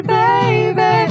baby